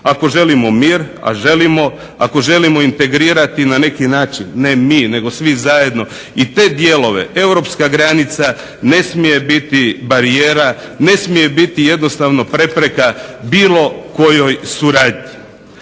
a želimo. Ako želimo integrirati na neki način, ne mi nego svi zajedno i te dijelove Europska granica ne smije biti barijera ne smije biti prepreka bilo kojoj suradnji.